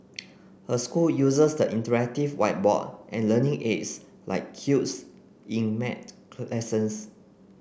her school uses the interactive whiteboard and learning aids like cubes in maths lessons